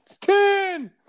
ten